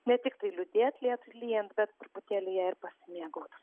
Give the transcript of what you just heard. ne tiktai lūdėt lietui lyjant bet truputėlį ja ir pasimėgaut